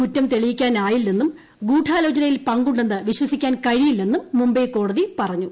കുറ്റം തെളിയിക്കാനായില്ലെന്നും ഗൂഡാലോചനയിൽ പങ്കു െ ന്ന് വിശ്വസിക്കാൻ കഴിയില്ലെന്നും മുംബൈ കോടതി പറഞ്ഞു